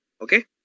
Okay